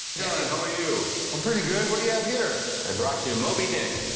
hey, how are you? i'm pretty good. what do you have here? i brought you you moby dick.